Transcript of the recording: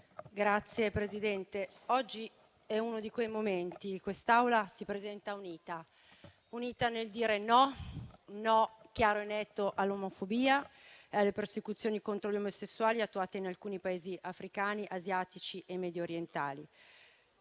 Signora Presidente, oggi è uno di quei momenti in cui quest'Aula si presenta unita. Unita nel dire "no" in modo chiaro e netto all'omofobia e alle persecuzioni contro gli omosessuali attuate in alcuni Paesi africani, asiatici e mediorientali.